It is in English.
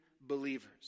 believers